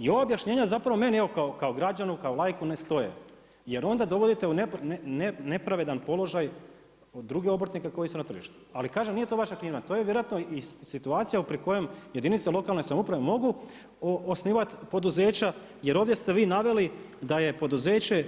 I ova objašnjenja zapravo meni, evo kao građanu, kao laiku ne stoje jer onda dovodite u nepravedan položaj druge obrtnike koji su na tržištu, ali kažem, nije to vaša krivnja, to je vjerojatno i situacija pri kojom jedinice lokalne samouprave mogu osnivati poduzeća jer ovdje ste vi naveli da je poduzeće